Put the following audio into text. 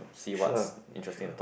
sure sure